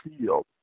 field